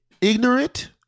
ignorant